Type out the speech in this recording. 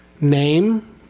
Name